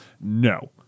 No